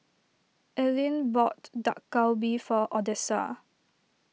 Allyn bought Dak Galbi for Odessa